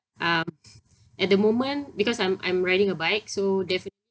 um at the moment because I'm I'm riding a bike so